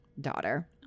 daughter